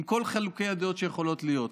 עם כל חילוקי הדעות שיכולים להיות.